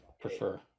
prefer